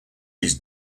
his